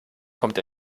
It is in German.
kommt